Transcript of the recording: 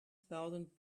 thousand